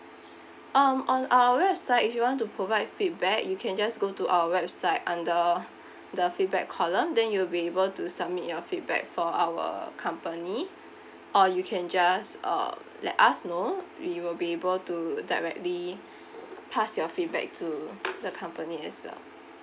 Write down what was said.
um on our website if you want to provide feedback you can just go to our website under the feedback column then you'll be able to submit your feedback for our company or you can just uh let us know we will be able to directly pass your feedback to the company as well